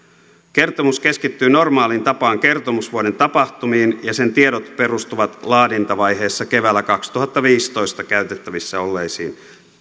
kertomus keskittyy normaaliin tapaan kertomusvuoden tapahtumiin ja sen tiedot perustuvat laadintavaiheessa keväällä kaksituhattaviisitoista käytettävissä olleisiin